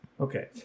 okay